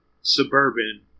suburban